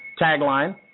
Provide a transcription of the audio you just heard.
tagline